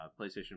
PlayStation